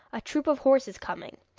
a troop of horses coming!